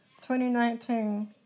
2019